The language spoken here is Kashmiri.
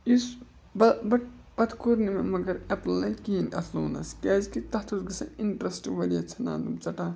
یُس بہٕ بَٹ پَتہٕ کوٚر نہٕ وَنۍ مگر ایٚپلاے کِہیٖنۍ اَتھ لونَس کیٛازِکہِ تَتھ اوس گژھان اِنٹرٛسٹ واریاہ ژھٕنان تم ژَٹان